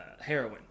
heroin